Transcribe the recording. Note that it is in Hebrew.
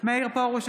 מאיר פרוש,